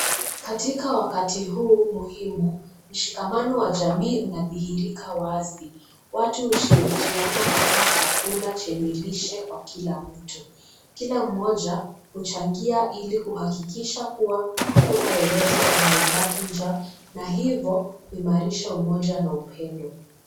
Katika wakati huu muhimu, mshikamano wa jamii unadhihirika wazi. Watu hushirikiana kutoa chakula chenye lishe kwa kila mtu. Kila mmoja huchangia ili kuhakikisha kua hakuna yeyote anaye baki njaa na hivo kuimarisha umoja na upendo.